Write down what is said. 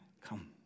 come